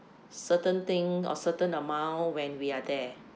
certain thing or certain amount when we are there